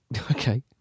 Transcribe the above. Okay